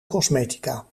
cosmetica